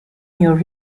your